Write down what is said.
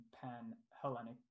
pan-Hellenic